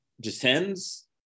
descends